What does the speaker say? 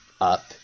up